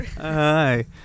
Hi